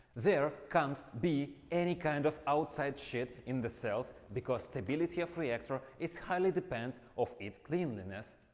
there can't be any kind of outside shit in the cells because stability of rector is highly depends of it cleanliness.